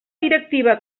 directiva